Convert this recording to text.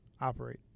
operate